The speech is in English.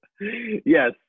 Yes